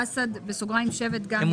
ואסד (שבט) גם ירד מפה.